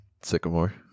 Sycamore